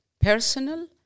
personal